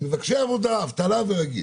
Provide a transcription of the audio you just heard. מבקשי עבודה, אבטלה ברגיל.